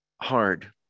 hard